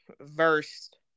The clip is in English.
versed